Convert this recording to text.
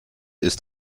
ist